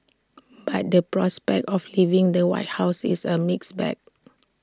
but the prospect of leaving the white house is A mixed bag